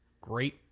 great